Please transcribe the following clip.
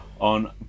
on